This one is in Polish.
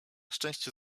szczęście